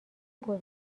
بزرگ